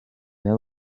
veu